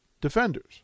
defenders